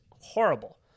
horrible